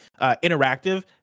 interactive